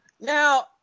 Now